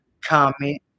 comment